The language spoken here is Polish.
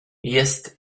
jest